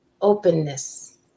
Openness